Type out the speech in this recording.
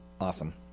Awesome